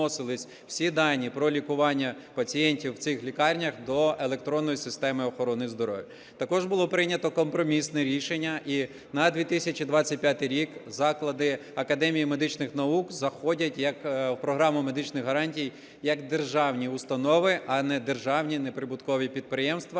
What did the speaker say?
всі дані про лікування пацієнтів в цих лікарнях до електронної системи охорони здоров'я. Також було прийнято компромісне рішення, і на 2025 рік заклади Академії медичних наук заходять у програму медичних гарантій як державні установи, а не державні неприбуткові підприємства,